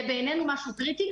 זה, בעינינו, משהו קריטי.